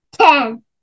Ten